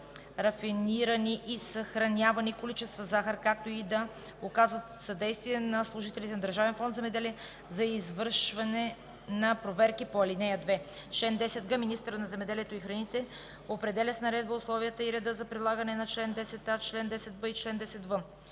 рафинирани и съхранявани количества захар, както и да оказват съдействие на служителите на Държавен фонд „Земеделие” за извършване на проверките по ал. 2. Чл.10г. Министърът на земеделието и храните определя с наредба условията и реда за прилагане на чл. 10а, чл. 10б и чл. 10в.”.”